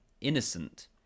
innocent